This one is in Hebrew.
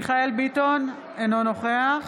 מיכאל מרדכי ביטון, אינו נוכח